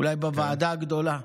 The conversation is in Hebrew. אולי בוועדה הגדולה.